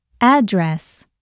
Address